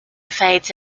fades